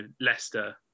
Leicester